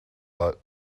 but